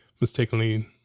mistakenly